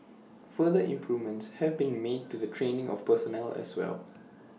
further improvements have been made to the training of personnel as well